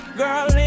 girl